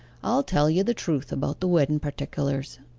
i'll tell you the truth about the wedden particulars